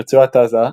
ברצועת עזה,